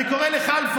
אני קורא לכלפון,